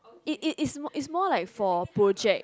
is is is is more like for project